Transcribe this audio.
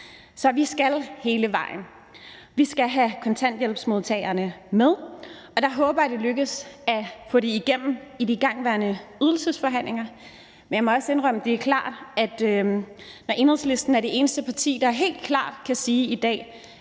Så vi skal hele vejen. Vi skal have kontanthjælpsmodtagerne med, og jeg håber, at det lykkes at få det igennem i de igangværende ydelsesforhandlinger. Men jeg må også indrømme, at når Enhedslisten er det eneste parti, der helt klart kan sige i dag,